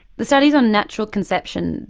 the studies on natural conception,